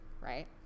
right